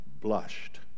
blushed